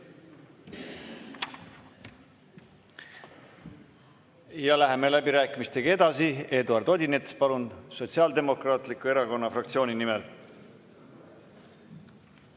Läheme läbirääkimistega edasi. Eduard Odinets, palun, Sotsiaaldemokraatliku Erakonna fraktsiooni nimel!